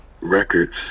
records